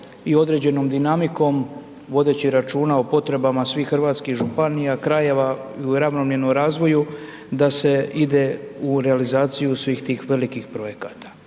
i određenom dinamikom, vodeći računa o potrebama svih hrvatskih županija, krajeva, i u ravnomjernom razvoju da se ide u realizaciju svih tih velikih projekata.